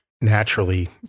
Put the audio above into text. naturally